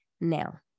now